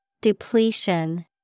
Depletion